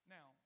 Now